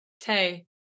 Tay